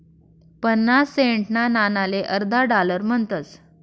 पन्नास सेंटना नाणाले अर्धा डालर म्हणतस